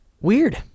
Weird